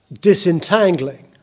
disentangling